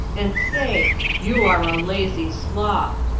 and say you are a lazy sloth!